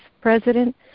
president